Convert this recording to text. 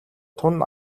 тун